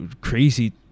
crazy